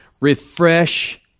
refresh